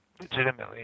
legitimately